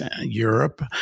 Europe